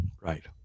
Right